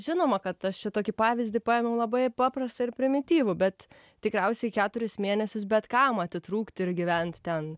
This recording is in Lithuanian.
žinoma kad aš čia tokį pavyzdį paėmiau labai paprastą ir primityvų bet tikriausiai keturis mėnesius bet kam atitrūkti ir gyventi ten